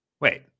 Wait